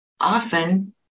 often